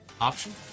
option